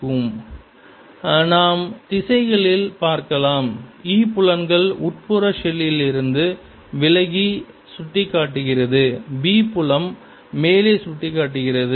E0 sa and sb 2π0s asb நாம் திசைகளில் பார்க்கலாம் E புலன்கள் உட்புற ஷெல்லிலிருந்து விலகி சுட்டிக்காட்டுகிறது B புலம் மேலே சுட்டிக்காட்டுகிறது